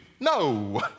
No